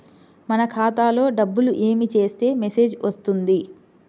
మన ఖాతాలో డబ్బులు ఏమి చేస్తే మెసేజ్ వస్తుంది?